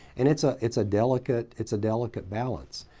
and it's ah it's a delicate it's a delicate balance.